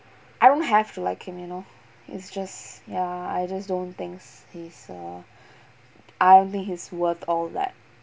I don't have to like him you know it's just ya I just don't think he's err I dont think he's worth all that